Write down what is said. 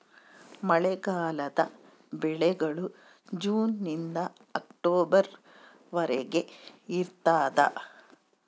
ಮಳೆಗಾಲದ ಬೆಳೆಗಳು ಜೂನ್ ನಿಂದ ಅಕ್ಟೊಬರ್ ವರೆಗೆ ಇರ್ತಾದ